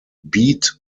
beat